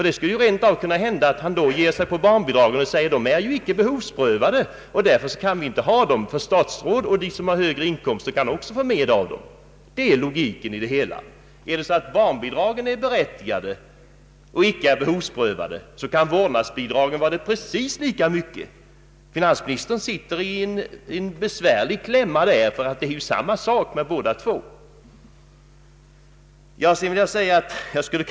Då skulle han ju kunna ge sig på barnbidragen och säga att vi inte kan ha dem kvar eftersom de icke är behovsprövade och alltså statsråd och övriga personer med höga inkomster också får barnbidrag. Det är logiken i det resonemanget! Om barnbidragen är berättigade och icke är behovsprövade så kan vårdnadsbidrag också vara det i lika hög grad. Finansministern är allt i en besvärlig klämma i det här fallet.